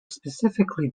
specifically